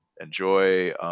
enjoy